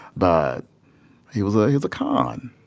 but he was ah he was a con.